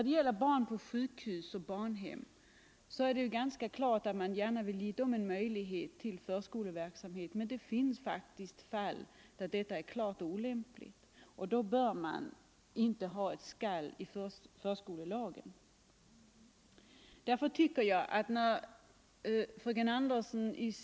Det är klart att alla gärna vill ge barn på sjukhus och barnhem möjlighet till förskoleverksamhet, men det finns faktiskt fall där detta är klart olämpligt, och därför bör vi inte ha ett ”skall” i förskolelagen.